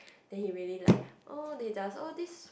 then he really like oh they just all this